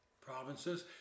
provinces